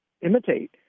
imitate